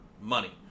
money